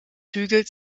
hügels